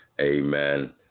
Amen